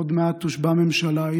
עוד מעט תושבע ממשלה.